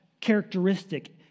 characteristic